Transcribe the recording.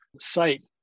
site